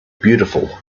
beautiful